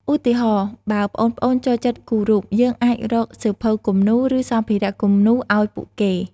ឧទាហរណ៍ បើប្អូនៗចូលចិត្តគូររូប យើងអាចរកសៀវភៅគំនូរ ឬសម្ភារៈគំនូរឲ្យពួកគេ។